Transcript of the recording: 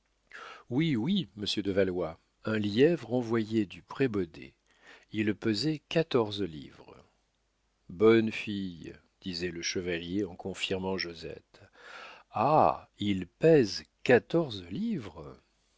oui oui monsieur de valois un lièvre envoyé du prébaudet il pesait quatorze livres bonne fille disait le chevalier en confirmant josette ah il pèse quatorze livres